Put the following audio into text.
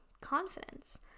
confidence